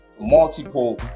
multiple